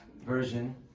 version